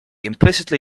implicitly